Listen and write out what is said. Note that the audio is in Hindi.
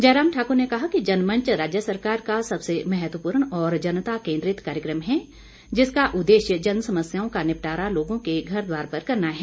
जयराम ठाकुर ने कहा कि जनमंच राज्य सरकार का सबसे महत्वपूर्ण और जनता केंद्रित कार्यक्रम है जिसका उद्देश्य जनसमस्याओं का निपटारा लोगों के घर द्वार पर करना है